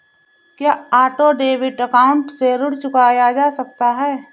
क्या auto debit account से ऋण चुकाया जा सकता है?